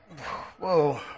whoa